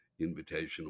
invitational